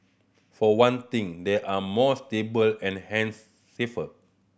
for one thing they are more stable and hence safer